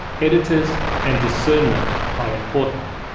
editors and discernment are important.